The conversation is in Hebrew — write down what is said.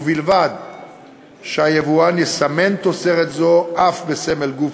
ובלבד שהיבואן יסמן תוצרת זו אף בסמל גוף